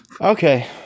Okay